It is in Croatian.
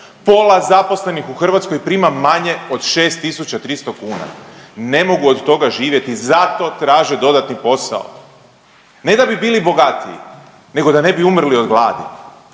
pola zaposlenih u Hrvatskoj prima manje od 6.300 kuna, ne mogu od toga živjeti zato traže dodatni posao. Ne da bi bili bogatiji nego da ne bi umrli od gladi,